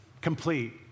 complete